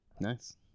Nice